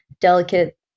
delicate